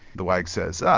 the wag says, oh,